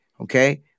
Okay